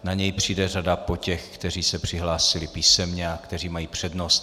Na něj přijde řada po těch, kteří se přihlásili písemně a kteří mají přednost.